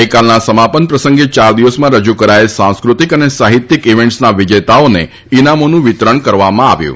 ગઈકાલના સમાપન પ્રસંગે ચાર દિવસમાં રજૂ કરાયેલ સાંસ્કૃતિક અને સાહિત્યિક ઈવેન્ટ્સના વિજેતાઓને ઈનામોનું વિતરણ કરવામાં આવ્યું હતું